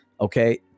okay